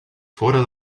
fora